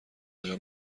آیا